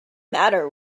matter